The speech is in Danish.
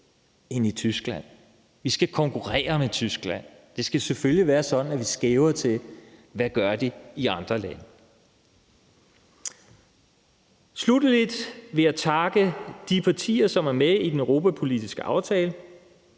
gør i Tyskland. Vi skal konkurrere med Tyskland. Det skal selvfølgelig være sådan, at vi skæver til, hvad de gør i andre lande. Sluttelig vil jeg takke de partier, som er med i den europapolitiske aftale.